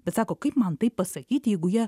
bet sako kaip man tai pasakyti jeigu jie